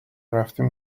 رفتیم